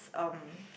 is um